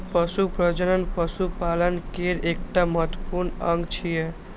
पशु प्रजनन पशुपालन केर एकटा महत्वपूर्ण अंग छियै